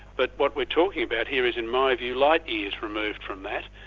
but what we're talking about here is in my view, light years removed from that.